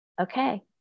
okay